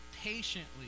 patiently